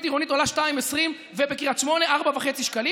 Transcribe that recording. עירונית עולה 2.20 ובקריית שמונה 4.5 שקלים?